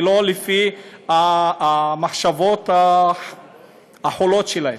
ולא לפי המחשבות החולות שלהם.